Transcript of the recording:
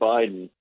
Biden